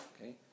okay